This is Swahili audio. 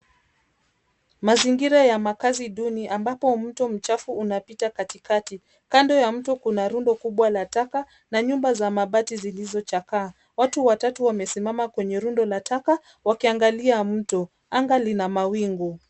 Mazingira ya makazi duni ambapo mto mchafu unapita katikati. Kando ya mto kuna rundo kubwa la taka na nyumba za mabati zilizochakaa. Watu watatu wamesimama kwenye rundo la taka wakiangalia mto. Anga lina mawingu.